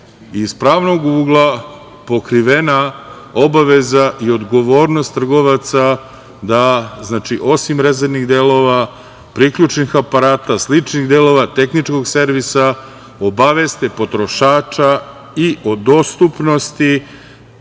pravnog ugla, pokrivena obaveza i odgovornost trgovaca da znači, osim rezervnih delova, priključnih delova, tehničkog servisa obaveste potrošača i o dostupnosti,